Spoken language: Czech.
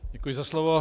Děkuji za slovo.